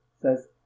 Says